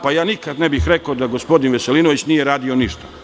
Pa ja nikad ne bih rekao da gospodin Veselinović nije radio ništa.